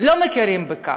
לא מכירים בכך.